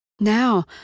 Now